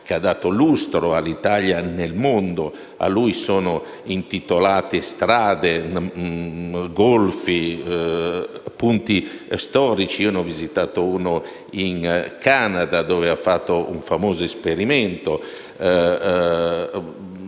che ha dato lustro all'Italia nel mondo: a lui sono intitolate strade, golfi, punti storici (io ne ho visitato uno in Canada, dove ha fatto un famoso esperimento).